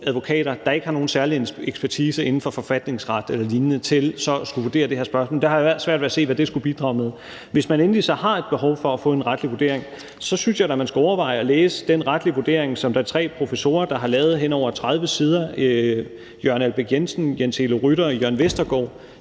advokater, der ikke har nogen særlig ekspertise inden for forfatningsret eller lignende, til at vurdere det her spørgsmål, har jeg svært ved at se. Jeg har svært ved at se, hvad det skulle bidrage med. Hvis man så endelig har et behov for at få en retlig vurdering, synes jeg da at man skulle læse den retlige vurdering, som der er tre professorer, nemlig Jørgen Albæk Jensen, Jens Elo Rytter og Jørn Vestergaard,